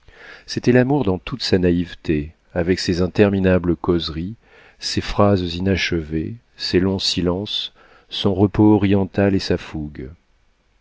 c'était l'amour dans toute sa naïveté avec ses interminables causeries ses phrases inachevées ses longs silences son repos oriental et sa fougue